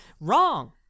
wrong